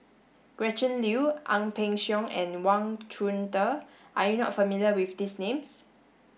Gretchen Liu Ang Peng Siong and Wang Chunde Are you not familiar with these names